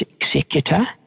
executor